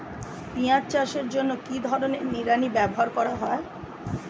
পিঁয়াজ চাষের জন্য কি ধরনের নিড়ানি ব্যবহার করা হয়?